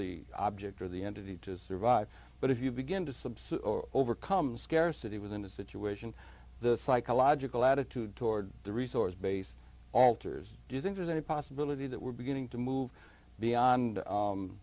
the object or the entity to survive but if you begin to subside or overcome scarcity within a situation the psychological attitude toward the resource base alters do you think there's any possibility that we're beginning to move beyond